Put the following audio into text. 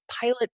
pilot